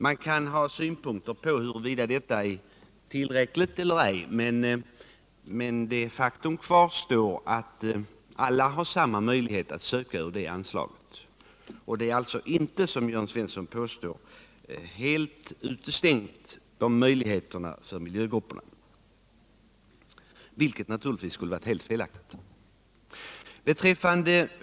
Man kan ha synpunkter på huruvida detta är tillräckligt eller ej, men faktum kvarstår att alla har samma möjlighet att söka bidrag ur detta anslag. Miljögrupperna är alltså inte, som Jörn Svensson påstår, helt utestängda från sådana möjligheter. Något sådant skulle naturligtvis också ha varit helt felaktigt.